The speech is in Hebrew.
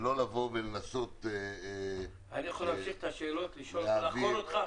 לא לבוא ולנסות -- אני יכול להמשיך את השאלות ולחקור אותך?